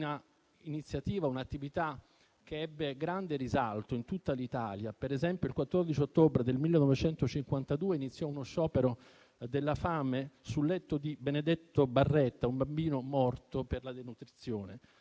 un'iniziativa, un'attività che ebbe grande risalto in tutta l'Italia. Per esempio, il 14 ottobre 1952 iniziò uno sciopero della fame sul letto di Benedetto Barretta, un bambino morto per la denutrizione.